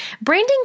Branding